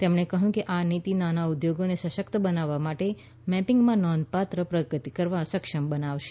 તેમણે કહ્યું કે આ નીતિ નાના ઉદ્યોગોને સશક્ત બનાવવા માટે મેપિંગમાં નોંધપાત્ર પ્રગતિ કરવામાં સક્ષમ બનાવશે